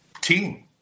team